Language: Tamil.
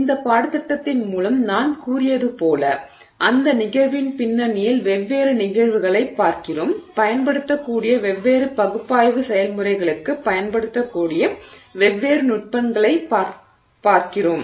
இந்த பாடத்திட்டத்தின் மூலம் நான் கூறியது போல அந்த நிகழ்வின் பின்னணியில் வெவ்வேறு நிகழ்வுகளைப் பார்க்கிறோம் பயன்படுத்தக்கூடிய வெவ்வேறு பகுப்பாய்வு செயல்முறைகளுக்குப் பயன்படுத்தக்கூடிய வெவ்வேறு நுட்பங்களைப் பார்க்கிறோம்